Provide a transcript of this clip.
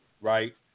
right